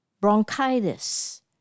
bronchitis